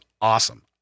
awesome